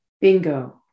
Bingo